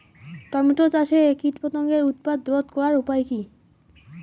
Tomato চাষে কীটপতঙ্গের উৎপাত রোধ করার উপায় কী?